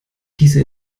hieße